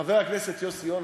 חבר הכנסת יוסי יונה,